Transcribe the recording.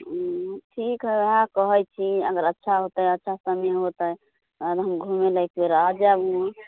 हुँ ठीक हइ इएह कहै छी अगर अच्छा होतै अच्छा समय होतै अगर हम घुमैलए एक बेर आओर जाएब वहाँ